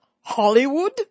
Hollywood